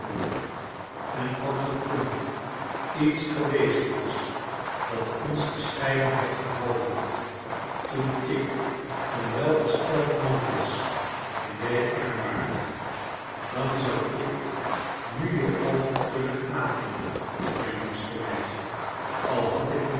en als er toen iets geweest was dat ons gescheiden had gehouden toen ik een welgesteld man was en jij arm waart dan zou ik nu je offer kunnen aannemen mijn liefste meisje al had ik